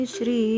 Shri